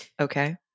okay